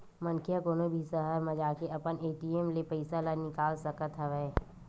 मनखे ह कोनो भी सहर म जाके अपन ए.टी.एम ले पइसा ल निकाल सकत हवय